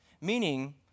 meaning